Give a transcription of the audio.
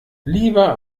lieber